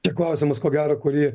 čia klausimas ko gero kurį